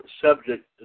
subject